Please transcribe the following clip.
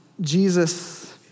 Jesus